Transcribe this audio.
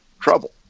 trouble